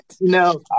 No